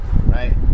right